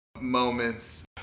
moments